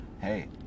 hey